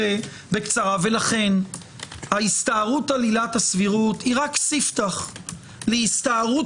לכן ההסתערות על עילת הסבירות היא רק סיפתח להסתערות